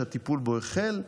שהטיפול בו החל,